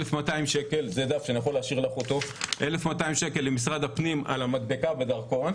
שקלים למשרד הפנים על המדבקה בדרכון,